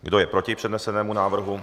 Kdo je proti přednesenému návrhu?